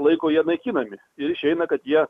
laiko jie naikinami ir išeina kad jie